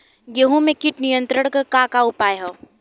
गेहूँ में कीट नियंत्रण क का का उपाय ह?